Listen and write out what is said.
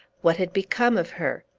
what had become of her?